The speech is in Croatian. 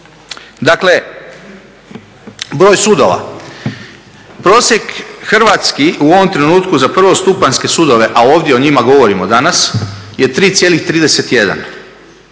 Dakle, broj sudova, prosjek hrvatski u ovom trenutku za prvostupanjske sudove, a ovdje o njima govorimo danas je 3,31,